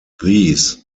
these